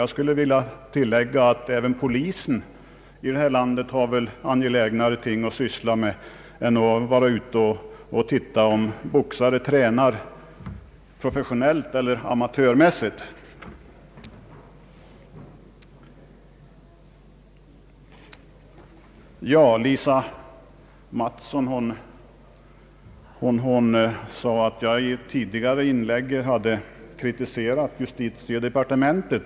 Jag skulle vilja tillägga att även polisen i det här landet väl har angelägnare ting att syssla med än att vara ute och titta om boxare tränar, professionellt eller amatörmässigt. Fröken Lisa Mattson sade att jag i ett tidigare inlägg kritiserat justitiedepartementet.